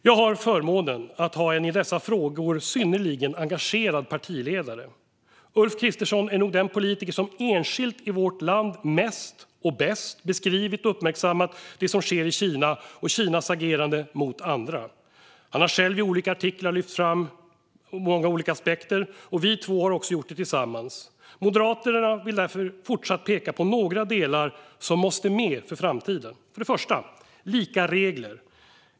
Jag har förmånen att ha en i dessa frågor synnerligen engagerad partiledare. Ulf Kristersson är nog den enskilde politiker i vårt land som mest och bäst beskrivit och uppmärksammat det som sker i Kina och Kinas agerande mot andra. Han har i olika artiklar lyft fram olika aspekter, och vi två har också gjort det tillsammans. Moderaterna vill därför fortsätta peka på några delar som måste vara med inför framtiden. Den första delen gäller lika regler.